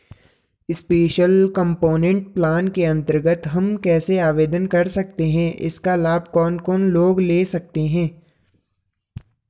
Special component plan के अन्तर्गत हम कैसे आवेदन कर सकते हैं इसका लाभ कौन कौन लोग ले सकते हैं?